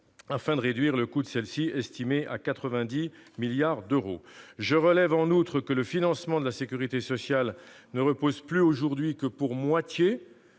pour réduire le coût des niches fiscales, estimé à 90 milliards d'euros. Je relève en outre que le financement de la sécurité sociale ne repose plus aujourd'hui que pour moitié